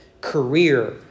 career